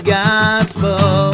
gospel